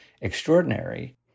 extraordinary